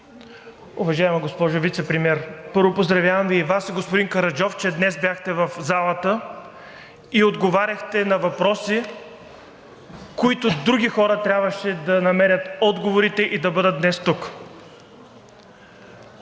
уважаема госпожо Вицепремиер! Първо поздравявам и Вас, и господин Караджов, че днес бяхте в залата и отговаряхте на въпроси, на които други хора трябваше да намерят отговорите и да бъдат днес тук.